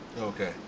Okay